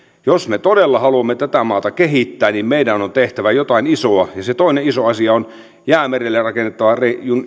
jos me todella haluamme tätä maata kehittää niin meidän on tehtävä jotain isoa ja se toinen iso asia on jäämerelle rakennettava